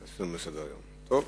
טוב.